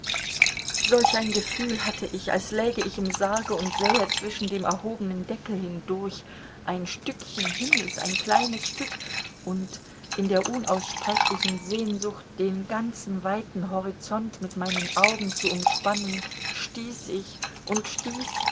solch ein gefühl hatte ich als läge ich im sarge und sähe zwischen dem erhobenen deckel hindurch ein stückchen himmels ein kleines stück und in der unaussprechlichen sehnsucht den ganzen weiten horizont mit meinem augen zu umspannen stieß ich und stieß